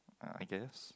uh I guess